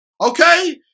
okay